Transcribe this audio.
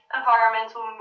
environmental